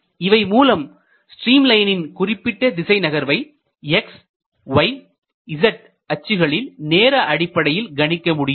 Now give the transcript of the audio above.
இவை மூலம் ஸ்ட்ரீம் லைனின் குறிப்பிட்ட திசைநகர்வை xyz அச்சுகளில் நேர அடிப்படையில் கணிக்க முடியும்